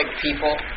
people